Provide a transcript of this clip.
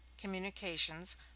communications